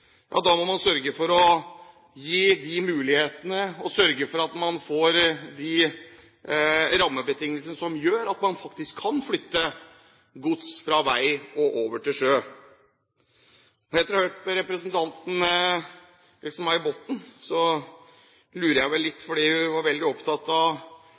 da må man sørge for å gi de mulighetene og sørge for at man får de rammebetingelsene som gjør at man faktisk kan flytte gods fra vei og over til sjø. Etter å ha hørt på representanten Else-May Botten, lurer jeg litt, for hun var veldig opptatt av